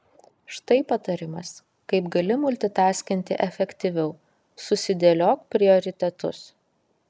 štai patarimas kaip gali multitaskinti efektyviau susidėliok prioritetus